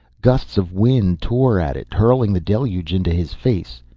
gusts of wind tore at it, hurling the deluge into his face.